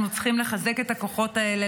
אנחנו צריכים לחזק את הכוחות האלה,